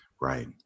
Right